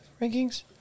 rankings